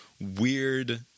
weird